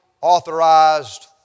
authorized